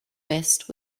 best